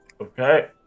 Okay